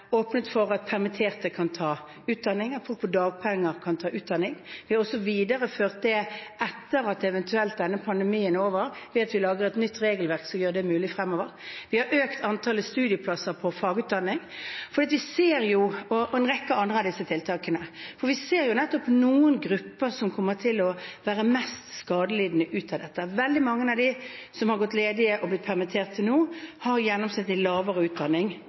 åpnet for at permitterte kan ta utdanning, at de som har dagpenger, kan ta utdanning. Vi har også videreført det etter at denne pandemien eventuelt er over, ved at vi lager et nytt regelverk som gjør det mulig fremover. Vi har økt antallet studieplasser på fagutdanning, og vi har en rekke andre tiltak. For vi ser noen grupper som kommer til å være mest skadelidende i dette. Veldig mange av dem som har gått ledige og blitt permittert til nå, har gjennomsnittlig lavere utdanning.